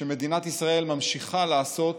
שמדינת ישראל ממשיכה לעשות